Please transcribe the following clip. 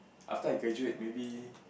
after I graduate maybe